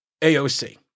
AOC